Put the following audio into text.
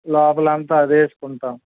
లోపలంతా అది వేసుకుంటాం